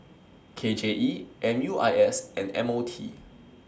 K J E M U I S and M O T